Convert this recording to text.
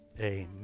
amen